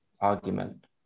argument